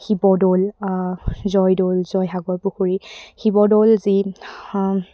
শিৱদৌল জয়দৌল জয়সাগৰ পুখুৰী শিৱদৌল যি